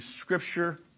scripture